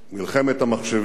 "מלחמת המחשבים",